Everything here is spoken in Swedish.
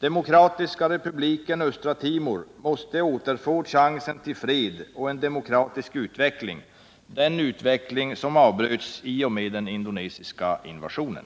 Demokratiska republiken Östra Timor måste återfå chansen till fred och en demokratisk utveckling, en utveckling som avbröts i och med den indonesiska invasionen.